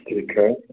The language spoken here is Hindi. ठीक है